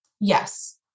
Yes